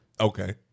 Okay